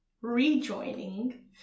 rejoining